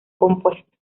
compuesto